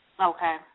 Okay